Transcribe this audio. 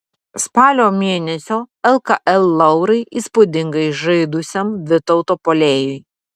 spalio mėnesio lkl laurai įspūdingai žaidusiam vytauto puolėjui